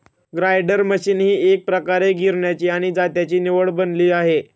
grinder machine ही एकप्रकारे गिरण्यांची आणि जात्याची निवड बनली आहे